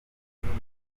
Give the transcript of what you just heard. gucana